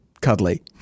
cuddly